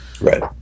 Right